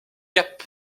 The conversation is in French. cap